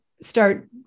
start